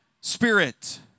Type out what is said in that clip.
spirit